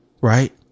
right